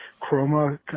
Chroma